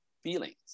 feelings